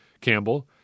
Campbell